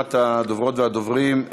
לרשימת הדוברות והדוברים.